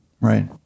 Right